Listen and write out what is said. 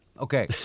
Okay